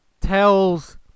tells